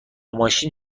ماشین